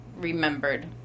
remembered